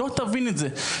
לא תבין את זה,